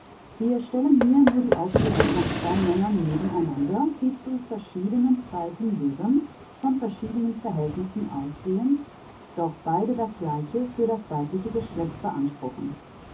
wir stellen hier nur die aussprüche von zwei männern nebeneinander die zu verschiedenen zeiten lebend von verschiedenen verhältnissen ausgehend doch beide das gleiche für das weibliche geschlecht beanspruchen